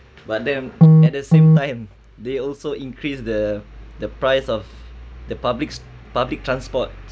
but then at the same time they also increase the the price of the public's public transport